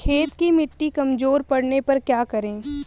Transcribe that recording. खेत की मिटी कमजोर पड़ने पर क्या करें?